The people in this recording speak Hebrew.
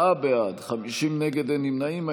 34 בעד, 50 נגד, אין נמנעים.